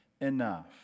enough